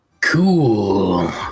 Cool